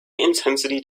intensity